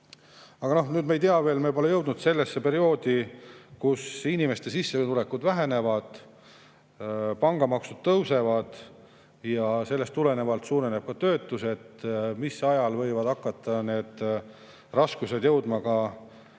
Aga noh, nüüd me ei tea veel, me pole jõudnud sellesse perioodi, kus inimeste sissetulekud vähenevad, maksed pangale tõusevad ja sellest tulenevalt suureneb ka töötus, et mis ajal võivad hakata need raskused jõudma ka